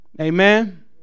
Amen